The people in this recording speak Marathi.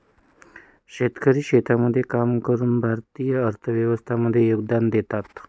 शेतकरी शेतामध्ये काम करून भारतीय अर्थव्यवस्थे मध्ये योगदान देतात